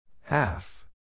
Half